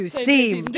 steam